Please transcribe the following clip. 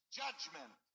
judgment